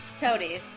Toadies